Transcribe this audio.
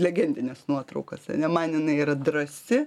legendines nuotraukas ane man jinai yra drąsi